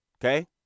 Okay